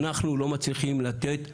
אנחנו לא מצליחים לתת מענה,